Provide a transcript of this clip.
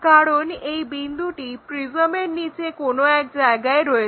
কারণ এই বিন্দুটি প্রিজমের নিচে কোনো এক জায়গায় রয়েছে